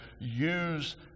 use